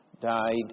died